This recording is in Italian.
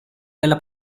della